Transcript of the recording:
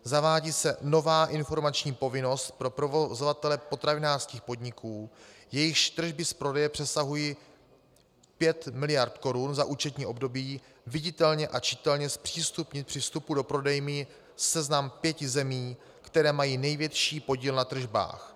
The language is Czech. Zavádí se nová informační povinnost pro provozovatele potravinářských podniků, jejichž tržby z prodeje přesahují pět miliard korun za účetní období, viditelně a čitelně zpřístupnit při vstupu do prodejny seznam pěti zemí, které mají největší podíl na tržbách.